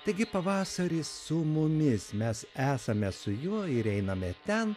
taigi pavasaris su mumis mes esame su juo ir einame ten